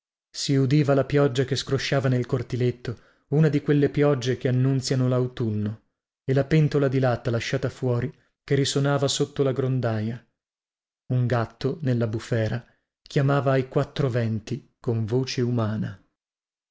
si udiva la pioggia che scrosciava nel cortiletto una di quelle piogge che annunziano lautunno e la pentola di latta lasciata fuori che risonava sotto la grondaia un gatto nella bufera chiamava ai quattro venti con voce umana